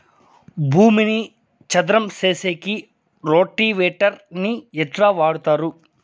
భూమిని చదరం సేసేకి రోటివేటర్ ని ఎట్లా వాడుతారు?